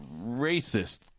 racist